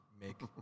make